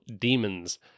demons